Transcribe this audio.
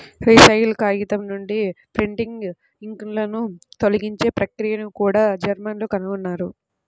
recycle కాగితం నుండి printing ఇంక్లను తొలగించే ప్రక్రియను కూడా జర్మన్లు కనుగొన్నారు